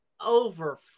Over